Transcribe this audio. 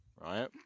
right